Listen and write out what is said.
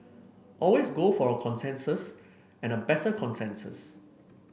always go for a consensus and a better consensus